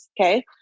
okay